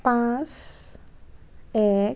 পাঁচ এক